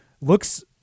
looks –